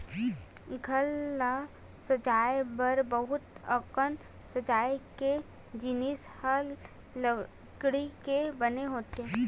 घर ल सजाए बर बहुत अकन सजाए के जिनिस ह लकड़ी के बने होथे